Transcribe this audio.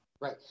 Right